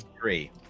Three